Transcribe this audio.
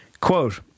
Quote